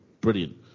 Brilliant